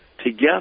together